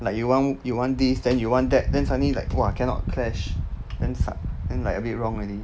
like you want you want this then you want that then suddenly like !wah! cannot clash damn sud then like a bit wrong already